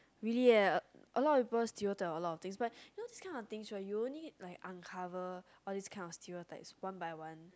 really eh a lot of people stereotype a lot things but you know this kind of thing right you only uncover all this kind of stereotypes one by one